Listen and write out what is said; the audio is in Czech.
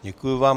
Děkuji vám.